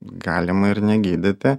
galima ir negydyti